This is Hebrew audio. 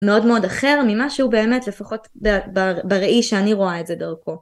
מאוד מאוד אחר ממשהו באמת לפחות בראי שאני רואה את זה דרכו